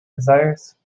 desires